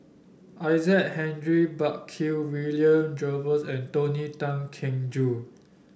Isaac Henry Burkill William Jervois and Tony Tan Keng Joo